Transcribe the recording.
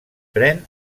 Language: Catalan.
pren